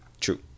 True